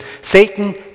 Satan